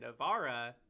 Navara